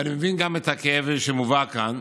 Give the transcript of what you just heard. ואני מבין גם את הכאב שמובא כאן.